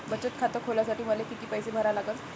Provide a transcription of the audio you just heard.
बचत खात खोलासाठी मले किती पैसे भरा लागन?